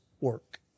work